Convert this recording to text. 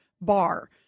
bar